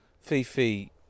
Fifi